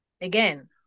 again